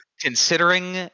considering